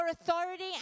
authority